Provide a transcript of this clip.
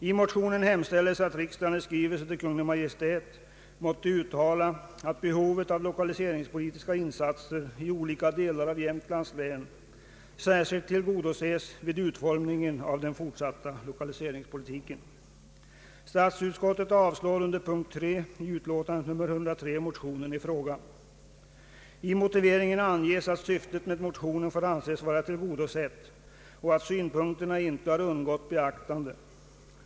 I motionen hemställes att riksdagen i skrivelse till Kungl. Maj:t måtte uttala att behovet av lokaliseringspolitiska insatser i olika delar av Jämtlands län särskilt tillgodoses vid utformningen av den fortsatta lokaliseringspolitiken. Statsutskottet avstyrker under punkten 3 i utlåtande nr 103 motionen i fråga. I motiveringen anges att syftet med motionen får anses vara tillgodosett och att synpunkterna inte har undgått beaktande.